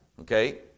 Okay